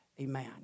Amen